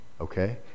okay